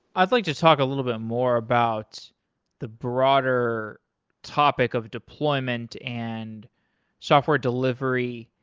i'd like to talk a little bit more about the broader topic of deployment and software delivery.